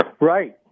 Right